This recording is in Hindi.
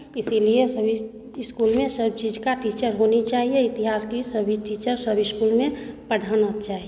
इसीलिए सभी स्कूल में सब चीज़ का टीचर होनी चाहिए इतिहास की सभी टीचर सब स्कूल में पढ़ाना चाहिए